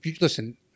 listen